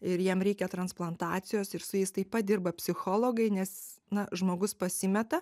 ir jiem reikia transplantacijos ir su jais taip pat dirba psichologai nes na žmogus pasimeta